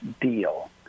deal